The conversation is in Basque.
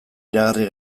iragarri